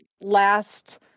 last